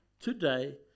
today